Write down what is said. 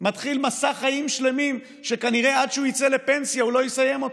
מתחיל מסע של חיים שלמים שכנראה עד שהוא יצא לפנסיה הוא לא יסיים אותו.